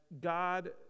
God